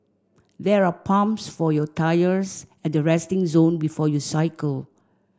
there are pumps for your tyres at the resting zone before you cycle